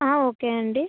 ఆ ఓకే అండి